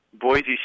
Boise